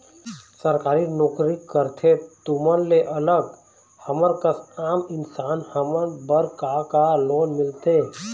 सरकारी नोकरी करथे तुमन ले अलग हमर कस आम इंसान हमन बर का का लोन मिलथे?